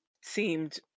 seemed